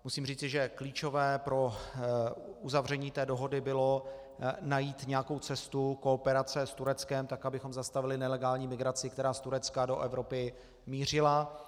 Musím říci, že klíčové pro uzavření té dohody bylo najít nějakou cestu kooperace s Tureckem, tak abychom zastavili nelegální migraci, která z Turecka do Evropy mířila.